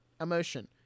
emotion